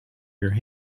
your